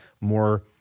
more